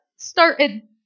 started